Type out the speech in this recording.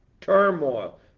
turmoil